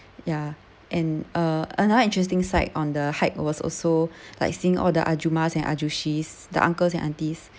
ya and uh another interesting sight on the hike was also like seeing all the ahjummas and ahjussis the uncles and aunties